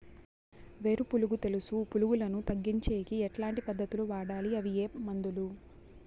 వేరు పులుగు తెలుసు పులుగులను తగ్గించేకి ఎట్లాంటి పద్ధతులు వాడాలి? అవి ఏ మందులు?